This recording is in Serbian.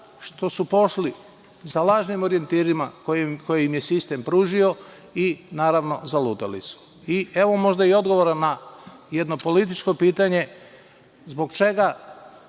što su pošli za lažnim orijentirima koji im je sistem pružio i naravno zalutali su. Evo možda odgovora na jedno političko pitanje – zbog čega